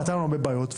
פתרנו הרבה בעיות.